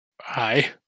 Hi